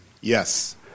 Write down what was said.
Yes